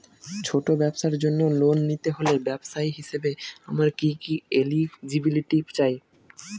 ছোট ব্যবসার জন্য লোন নিতে হলে ব্যবসায়ী হিসেবে আমার কি কি এলিজিবিলিটি চাই?